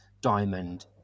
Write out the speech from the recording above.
diamond